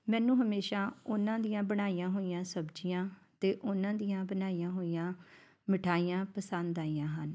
ਮੈਨੂੰ ਹਮੇਸ਼ਾ ਉਹਨਾਂ ਦੀਆਂ ਬਣਾਈਆਂ ਹੋਈਆਂ ਸਬਜ਼ੀਆਂ ਅਤੇ ਉਹਨਾਂ ਦੀਆਂ ਬਣਾਈਆਂ ਹੋਈਆਂ ਮਿਠਾਈਆਂ ਪਸੰਦ ਆਈਆਂ ਹਨ